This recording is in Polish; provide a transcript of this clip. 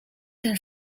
ten